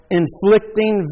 inflicting